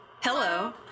Hello